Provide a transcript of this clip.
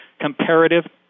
comparative